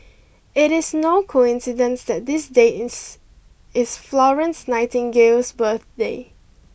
it is no coincidence that this date is is Florence Nightingale's birthday